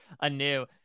anew